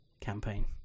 campaign